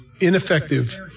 ineffective